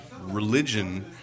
religion